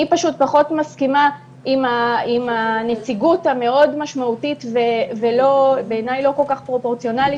אני פחות מסכימה עם הנציגות המאוד משמעותית ובעיני הלא פרופורציונאלית